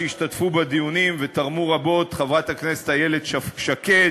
שהשתתפו בדיונים ותרמו רבות: חברת הכנסת איילת שקד,